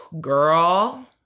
Girl